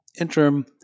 interim